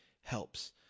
helps